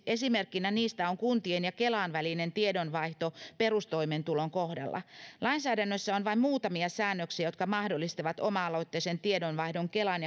esimerkkinä niistä on kuntien ja kelan välinen tiedonvaihto perustoimeentulon kohdalla lainsäädännössä on vain muutamia säännöksiä jotka mahdollistavat oma aloitteisen tiedonvaihdon kelan